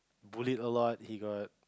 bullied a lot he got